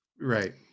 Right